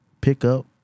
pickup